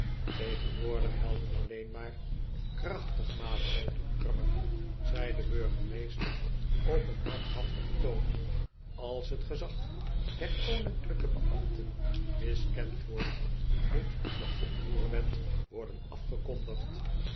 tegenwoordig helpen alleen maar krachtige maatregelen grummer zei de burgemeester op een manhaftigen toon als het gezag der koninklijke beambten miskend wordt moet de pproerwet worden afgekondigd